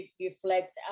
reflect